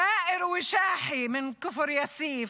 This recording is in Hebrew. ת'אאר ושאחי מכפר יאסיף,